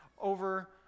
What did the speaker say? over